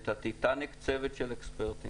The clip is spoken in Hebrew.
ואת הטיטניק צוות של אקספרטים.